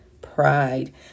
pride